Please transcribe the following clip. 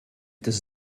does